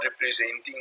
representing